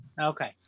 Okay